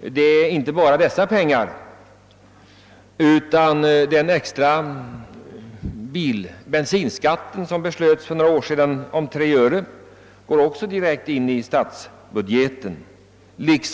Det gäller inte bara detta belopp. Också den extra ben sinskatten på 3 öre som beslöts för något år sedan går liksom bilaccisen in i statsbudgeten.